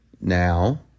now